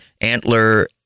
antler